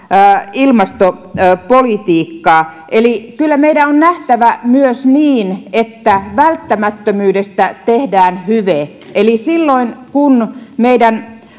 ilmastopolitiikkaa kyllä meidän on nähtävä myös niin että välttämättömyydestä tehdään hyve eli silloin kun meidän on